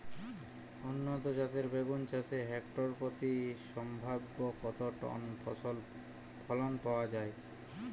উন্নত জাতের বেগুন চাষে হেক্টর প্রতি সম্ভাব্য কত টন ফলন পাওয়া যায়?